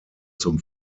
zum